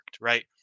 right